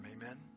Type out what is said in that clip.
Amen